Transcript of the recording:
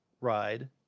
ride